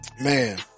Man